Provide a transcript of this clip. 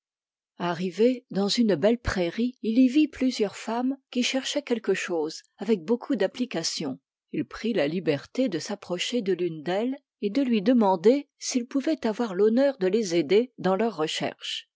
arrivé dans une belle prairie il y vit plusieurs femmes qui cherchaient quelque chose avec beaucoup d'application il prit la liberté de s'approcher de l'une d'elles et de lui demander s'il pouvait avoir l'honneur de les aider dans leurs recherches